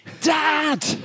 Dad